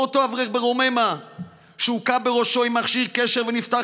או אותו אברך ברוממה שהוכה בראשו במכשיר קשר ונפתח